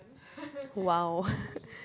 !wow!